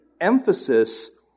emphasis